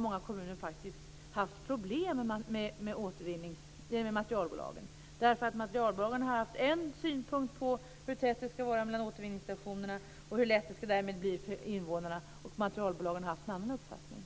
Många kommuner har faktiskt haft problem med materialbolagen, eftersom materialbolagen har haft en synpunkt på hur tätt det skall vara mellan återvinningsstationerna och hur lätt det därmed skall vara för invånarna och kommunerna har haft en annan uppfattning.